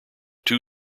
two